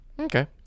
Okay